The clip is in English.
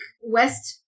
West